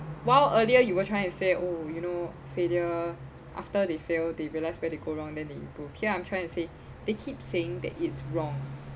while earlier you were trying to say oh you know failure after they failed they realized where they go wrong then they improve here I'm trying to say they keep saying that it's wrong